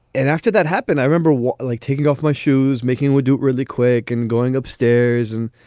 and after that happened, i remember what like taking off my shoes, making would do really quick and going upstairs and,